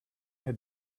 had